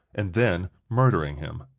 and then murdering him.